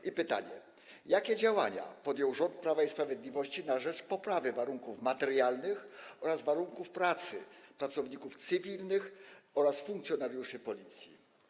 I pytanie: Jakie działania podjął rząd Prawa i Sprawiedliwości na rzecz poprawy warunków materialnych oraz warunków pracy pracowników cywilnych oraz funkcjonariuszy Policji?